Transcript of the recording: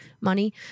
money